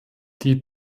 die